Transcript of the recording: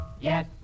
Yes